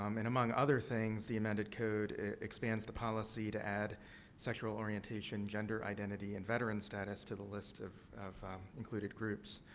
um and, among other things, the amended code expands the policy to add sexual orientation, gender identity, and veterans status to the list of included groups.